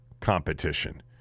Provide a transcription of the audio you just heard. competition